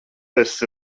esi